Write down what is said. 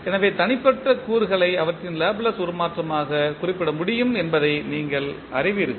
எனவே தனிப்பட்ட கூறுகளை அவற்றின் லேப்ளேஸ் உருமாற்றமாக குறிப்பிட முடியும் என்பதை நீங்கள் அறிவீர்கள்